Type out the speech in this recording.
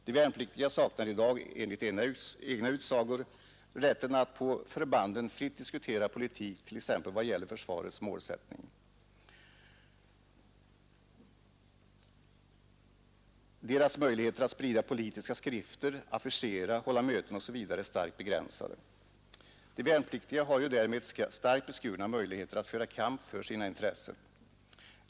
De värnpliktiga saknar i dag, enligt egna utsagor, rätten att på förbanden fritt diskutera politik, t.ex. vad det gäller försvarets målsättning. Deras möjligheter att sprida politiska skrifter, affischera, hålla möten osv. är starkt begränsade. De värnpliktiga har därmed starkt begränsade möjligheter att föra kamp för sina intressen.